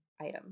item